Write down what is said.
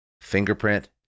Fingerprint